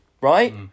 right